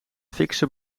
fikse